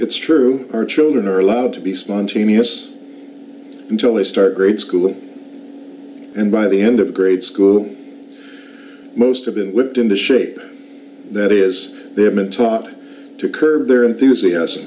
it's true our children are allowed to be spontaneous until they start grade school and by the end of grade school most have been whipped into shape that is they have been taught to curb their enthusias